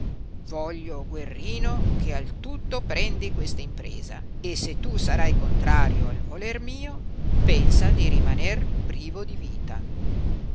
voglio guerrino che al tutto prendi questa impresa e se tu sarai contrario al voler mio pensa di rimaner privo di vita